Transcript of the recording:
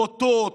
בוטות,